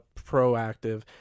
proactive